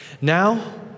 Now